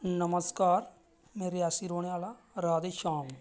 नमस्कार में रियासी रौह्ने आह्ला राधेश्याम